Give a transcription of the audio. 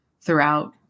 throughout